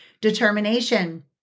determination